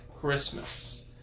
Christmas